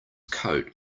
coat